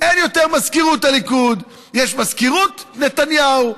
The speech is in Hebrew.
אין יותר מזכירות הליכוד, יש מזכירות נתניהו.